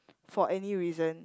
for any reason